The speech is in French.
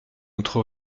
notre